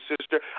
sister